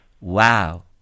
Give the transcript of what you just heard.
Wow